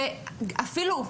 ואפילו,